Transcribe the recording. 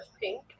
pink